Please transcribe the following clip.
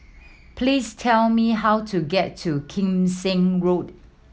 please tell me how to get to Kim Seng Road